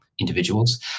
Individuals